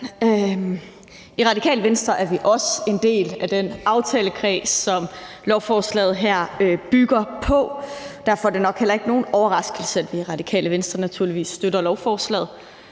I Radikale Venstre er vi også en del af den aftalekreds, som lovforslaget her bygger på, og derfor er det nok heller ikke nogen overraskelse, at vi i Radikale Venstre naturligvis støtter lovforslaget.